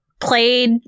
played